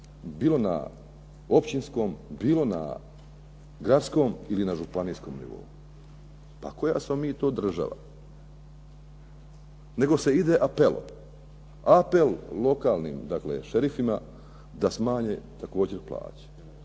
bilo na općinskom, bilo na gradskom ili na županijskom nivou. Pa koja smo mi to država. Nego se ide apelom. Apel dakle lokalnim šerifima da smanje također plaće.